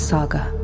Saga